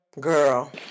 Girl